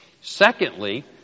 Secondly